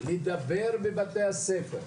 לדבר בבתי הספר,